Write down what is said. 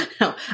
No